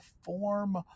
form